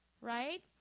right